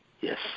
Yes